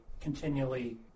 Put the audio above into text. continually